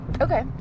Okay